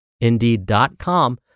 indeed.com